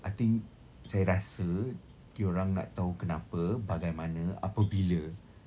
I think saya rasa diorang nak tahu kenapa bagaimana apabila